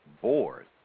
Board